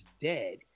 dead